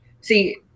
See